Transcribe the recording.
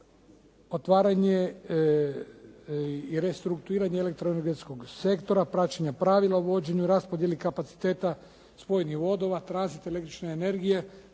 Otvaranje i restruktuiranje elektroenergetskog sektora, praćenja pravila o vođenju i raspodjeli kapaciteta, spajanju vodova, tranzit električne energije